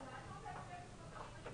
גם אבקש מהממשלה